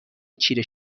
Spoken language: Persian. چیره